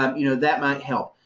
um you know, that might help.